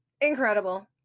incredible